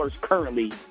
currently